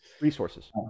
Resources